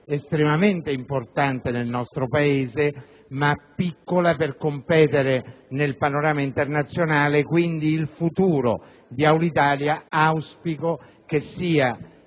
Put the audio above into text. estremamente importante nel nostro Paese, ma piccola per competere nel panorama internazionale, quindi auspico che il